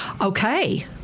Okay